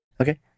Okay